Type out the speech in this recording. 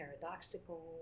paradoxical